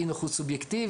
אי נוחות סובייקטיבית,